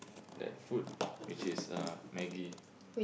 that food which is uh maggie